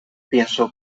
pienso